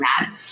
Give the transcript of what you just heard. mad